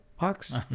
box